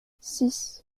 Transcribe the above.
six